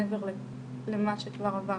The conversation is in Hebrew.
מעבר למה שכבר עברתי.